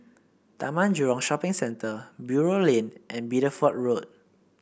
Taman Jurong Shopping Centre Buroh Lane and Bideford Road